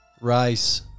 Rice